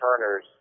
Turner's